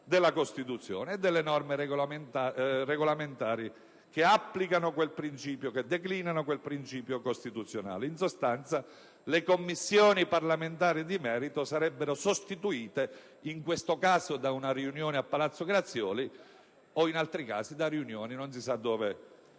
della Costituzione e delle norme regolamentari che declinano quel principio costituzionale. In sostanza, le Commissioni parlamentari di merito sarebbero sostituite in questo caso da una riunione a Palazzo Grazioli o, in altri casi, da riunioni non si sa dove